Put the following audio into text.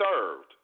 served